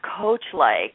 coach-like